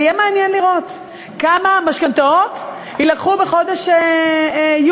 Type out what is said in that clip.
זה יהיה מעניין לראות כמה משכנתאות יילקחו בחודש יולי,